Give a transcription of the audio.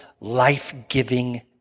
life-giving